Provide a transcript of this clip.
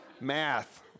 Math